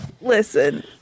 Listen